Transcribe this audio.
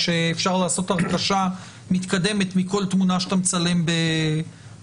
כשאפשר לעשות הרתשה מתקדמת מכל תמונה שאתה מצלם בסלולרי.